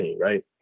right